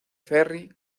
ferry